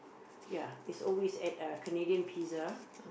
ya it's always at a Canadian Pizza